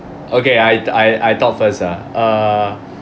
okay I I I talk first ah err